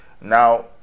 Now